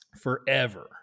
forever